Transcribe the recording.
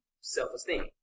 self-esteem